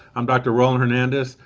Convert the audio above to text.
i'm dr. roland hernandez,